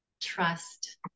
Trust